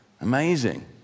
amazing